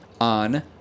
on